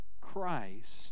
Christ